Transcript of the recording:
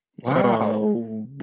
Wow